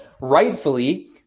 rightfully